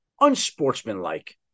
unsportsmanlike